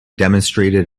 demonstrated